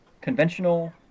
conventional